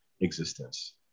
existence